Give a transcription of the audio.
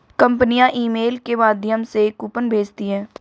कंपनियां ईमेल के माध्यम से कूपन भेजती है